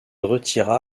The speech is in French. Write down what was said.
retira